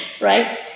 right